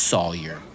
Sawyer